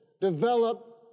Develop